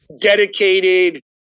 dedicated